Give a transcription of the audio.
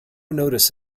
notice